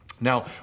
Now